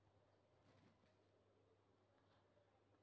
వరిలో కాండము తొలిచే పురుగుకు ఏ మందు వాడాలి?